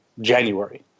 January